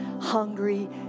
Hungry